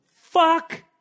Fuck